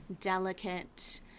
delicate